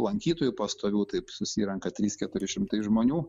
lankytojų pastovių taip susirenka trys keturi šimtai žmonių